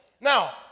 Now